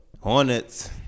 Hornets